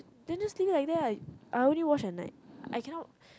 then just leave it like that ah I only wash at night I cannot